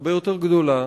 הרבה יותר גדולה,